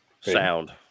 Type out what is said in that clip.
Sound